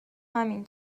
همین